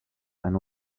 and